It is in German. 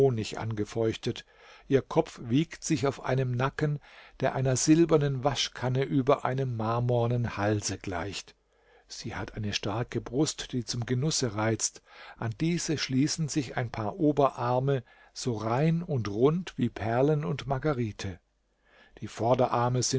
honig angefeuchtet ihr kopf wiegt sich auf einem nacken der einer silbernen waschkanne über einem marmornen halse gleicht sie hat eine starke brust die zum genusse reizt an diese schließen sich ein paar oberarme so rein und rund wie perlen und margarite die vorderarme